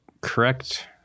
correct